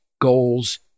goals